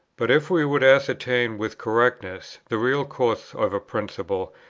but if we would ascertain with correctness the real course of a principle,